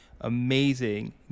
amazing